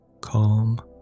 Calm